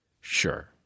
Sure